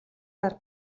арга